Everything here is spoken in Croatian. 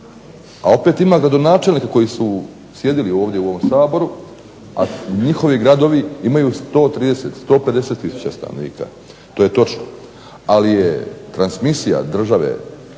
a opet ima gradonačelnika koji su sjedili ovdje u ovom Saboru, a njihovi gradovi imaju 130, 150 tisuća stanovnika. To je točno, ali je transmisija države